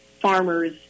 Farmers